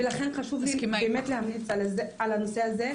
ולכן חשוב לדבר על הנושא הזה.